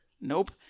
Nope